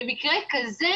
במקרה כזה